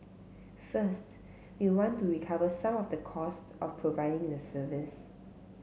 first we want to recover some of the cost of providing the service